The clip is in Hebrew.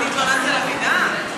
אני התלוננתי על המידע?